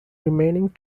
remaining